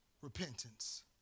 repentance